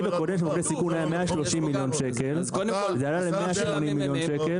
התקציב למוקדי סיכון היה 130 מיליון ₪ ועלה ל-180 מיליון ₪.